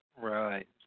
Right